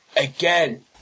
Again